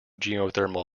geothermal